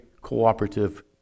Cooperative